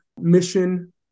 mission